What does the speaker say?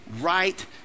right